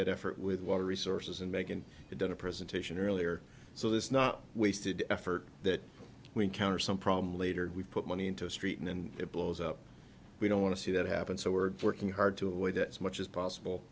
that effort with water resources and making it in a presentation earlier so this is not wasted effort that we encounter some problem later we put money into the street and it blows up we don't want to see that happen so we're working hard to avoid that so much as possible